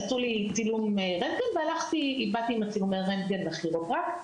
עשו לי צילום רנטגן ובאתי עם צילומי הרנטגן לכירופרקט.